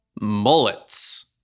Mullets